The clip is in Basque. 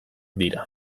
dira